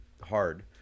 hard